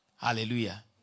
Hallelujah